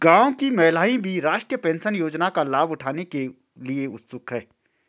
गांव की महिलाएं भी राष्ट्रीय पेंशन योजना का लाभ उठाने के लिए उत्सुक हैं